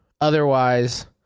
Otherwise